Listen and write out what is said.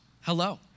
Hello